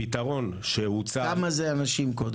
הפתרון הוא --- כמה אנשים אלה?